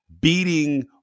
beating